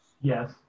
Yes